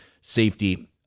safety